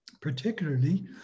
particularly